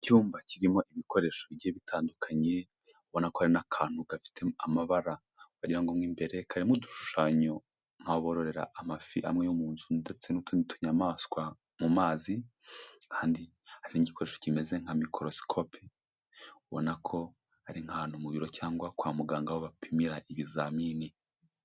Icyumba kirimo ibikoresho bigiye bitandukanye, ubona ko hari n'akantu gafite amabara, wagira ngo mo imbere karimo udushushanyo, nk'aho bororera amafi amwe yo mu nzu, ndetse n'utundi tuyamaswa mu mazi, kandi hari n'igikoresho kimeze nka mikorosikope, ubona ko ari nk'ahantu mu biro cyangwa kwa muganga aho bapimira ibizamini.